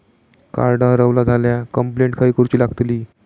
Card हरवला झाल्या complaint खय करूची लागतली?